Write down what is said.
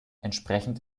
entsprechend